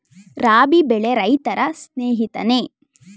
ರಾಬಿ ಬೆಳೆ ರೈತರ ಸ್ನೇಹಿತನೇ?